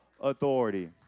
authority